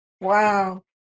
wow